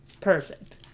Perfect